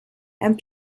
and